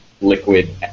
liquid